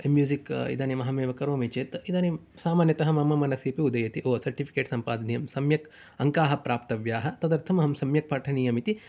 M music इदानीम् अहमेव करोमि चेत् इदानीं सामान्यतः मम मनसि तु उदयति ओ सर्टिफिकेट् सम्पादनीयं सम्यक् अङ्काः प्राप्तव्याः तदर्थम् अहं सम्यक् पठनीयं इति